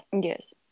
Yes